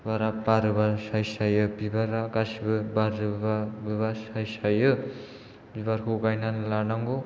बिबारा बारोबा समायना जायो आरो बिबारा गासिबो बारजोबोबा बोबा समायना जायो बिआरखै गायनानै लानांगौ